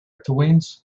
twins